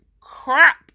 crap